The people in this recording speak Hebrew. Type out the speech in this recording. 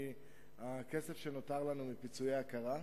הכסף שנותר לנו מפיצויי הקרה,